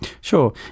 Sure